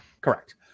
Correct